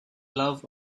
love